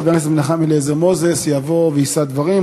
חבר הכנסת מנחם אליעזר מוזס יבוא ויישא דברים,